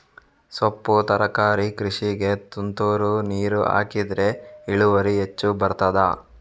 ಸೊಪ್ಪು ತರಕಾರಿ ಕೃಷಿಗೆ ತುಂತುರು ನೀರು ಹಾಕಿದ್ರೆ ಇಳುವರಿ ಹೆಚ್ಚು ಬರ್ತದ?